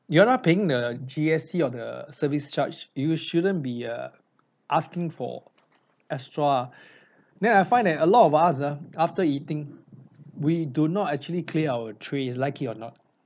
you are not paying the G_S_T or the service charge you shouldn't be err asking for extra then I find that a lot of us ah after eating we do not actually clear our trays like it or not